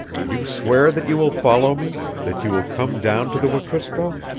you swear that you will follow me that you will come down to the wekusko?